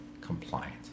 compliant